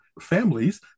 families